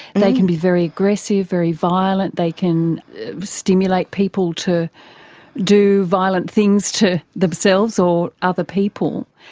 they can be very aggressive, very violent, they can stimulate people to do violent things to themselves or other people.